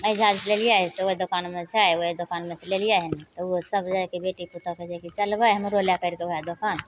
एहिजाँ लेलिए से ओहि दोकानमे छै ओहि दोकानमे से लेलिए हँ तऽ ओसभ बेटी पुतौहु कहै छै कि चलबै हमरो लै करिके वएह दोकान